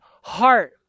heart